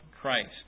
Christ